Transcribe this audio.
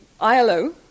ILO